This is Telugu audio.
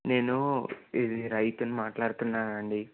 నేను ఇది రైతుని మాట్లాడుతున్నానండి